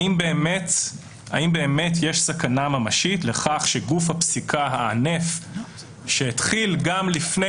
האם באמת יש סכנה ממשית לכך שגוף הפסיקה הענף שהתחיל גם לפני